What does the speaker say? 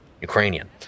Ukrainian